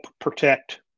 protect